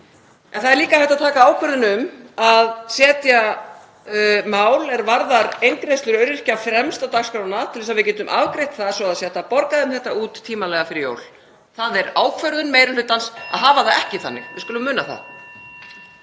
En það er líka hægt að taka ákvörðun um að setja mál um eingreiðslu öryrkja fremst á dagskrána til þess að við getum afgreitt það og það sé hægt að borga þeim þetta út tímanlega fyrir jól. Það er ákvörðun meiri hlutans að hafa það ekki þannig. Við skulum muna það.